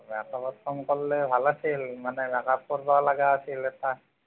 অঁ অলপ কম কৰিলে ভাল আছিল মানে মেকাপ কৰিব লগা আছিল এটা